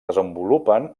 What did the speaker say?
desenvolupen